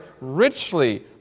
richly